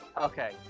Okay